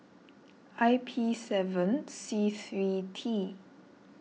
I P seven C three T